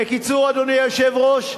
בקיצור, אדוני היושב-ראש: